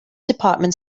department